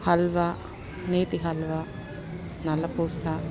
హల్వా నేతిహల్వా నల్లపూస